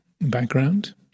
background